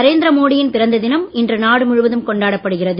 நரேந்திர மோடி யின் பிறந்த தினம் இன்று நாடு முழுவதும் கொண்டாடப் படுகிறது